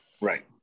Right